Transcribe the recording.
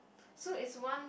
so it's one